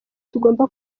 tugomba